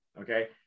okay